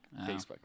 Facebook